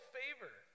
favor